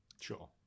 Sure